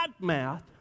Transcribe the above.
math